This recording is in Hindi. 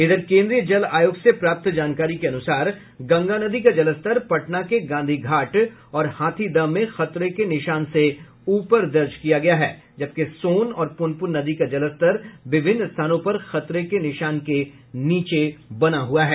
इधर केन्द्रीय जल आयोग से प्राप्त जानकारी के अनुसार गंगा नदी का जलस्तर पटना के गांधी घाट और हाथीदह में खतरे के निशान से ऊपर दर्ज किया गया जबकि सोन और पुनपुन नदी का जलस्तर विभिन्न स्थानों पर खतरे के निशान के नीचे बना हुआ है